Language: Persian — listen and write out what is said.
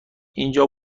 اینجا